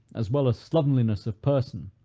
as well as slovenliness of person,